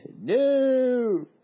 No